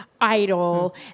idol